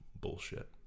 bullshit